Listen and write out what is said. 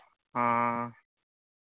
ᱦᱮᱸ